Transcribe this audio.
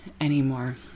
anymore